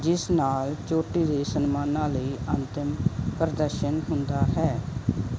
ਜਿਸ ਨਾਲ ਚੋਟੀ ਦੇ ਸਨਮਾਨਾਂ ਲਈ ਅੰਤਿਮ ਪ੍ਰਦਰਸ਼ਨ ਹੁੰਦਾ ਹੈ